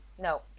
No